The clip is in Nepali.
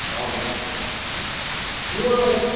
हजुर यो